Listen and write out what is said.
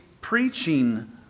preaching